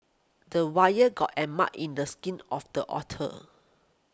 the wire got in mad in the skin of the otter